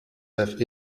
have